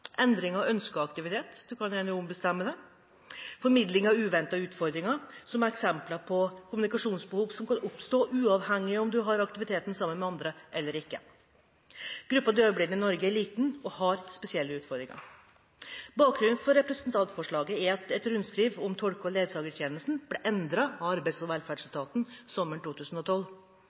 endring av ønsket aktivitet – det kan være du ombestemmer deg – og formidling av uventede utfordringer er eksempler på kommunikasjonsbehov som kan oppstå, uavhengig av om du har aktiviteten sammen med andre eller ikke. Gruppen døvblinde i Norge er liten og har spesielle utfordringer. Bakgrunnen for representantforslaget er at rundskriv om tolke- og ledsagertjenesten ble endret av Arbeids- og velferdsetaten sommeren 2012.